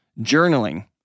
journaling